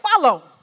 follow